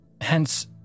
Hence